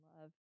love